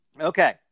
Okay